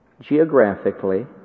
geographically